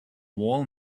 wall